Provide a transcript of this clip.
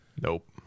nope